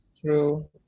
true